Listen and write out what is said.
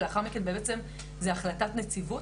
ולאחר מכן בעצם זו החלטת נציבות.